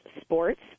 sports